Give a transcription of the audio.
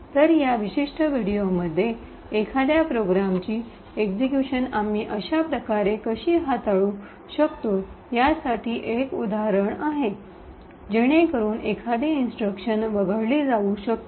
तर या विशिष्ट व्हिडिओमध्ये एखाद्या प्रोग्रामची एक्सिक्यूशन आम्ही अशा प्रकारे कशी हाताळू शकतो यासाठी एक उदाहरण पाहिले आहे जेणेकरून एखादी इंस्ट्रक्शन वगळली जाऊ शकते